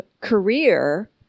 career